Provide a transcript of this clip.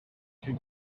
can